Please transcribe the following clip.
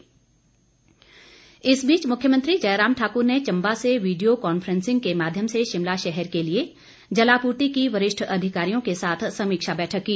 जयराम बैठक इस बीच मुख्यमंत्री जयराम ठाकुर ने चंबा से वीडियो कांफेंसिंग के माध्यम से शिमला शहर के लिए जलापूर्ति की वरिष्ठ अधिकारियों के साथ समीक्षा बैठक की